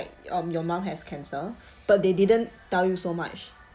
um your mom has cancer but they didn't tell you so much